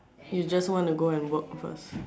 you just wanna go and work first